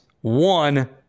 one